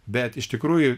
bet iš tikrųjų